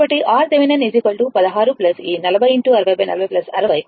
కాబట్టి RThevenin 16 ఈ 40 60